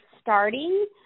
starting